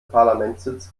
parlamentssitz